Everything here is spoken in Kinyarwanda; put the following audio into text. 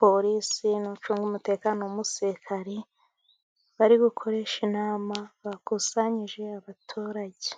polisi, n'ucunga umutekano w'umusirikari ,bari gukoresha inama bakusanyije abaturage.